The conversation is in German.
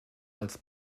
als